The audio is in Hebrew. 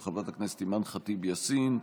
של חברת הכנסת אימאן ח'טיב יאסין,